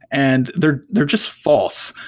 and they're they're just false.